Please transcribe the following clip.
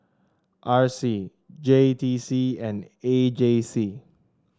R C J T C and A J C